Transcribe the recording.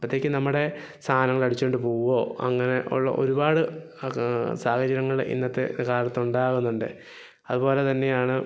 അപ്പോഴത്തേക്കും നമ്മുടെ സാധനങ്ങൾ അടിച്ചോണ്ട് പോവുമോ അങ്ങനെ ഉള്ള ഒരുപാട് സാഹചര്യങ്ങള് ഇന്നത്തെ കാലത്തുണ്ടാവുന്നുണ്ട് അതുപോലെ തന്നെയാണ്